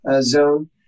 zone